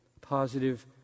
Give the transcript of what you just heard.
positive